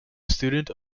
student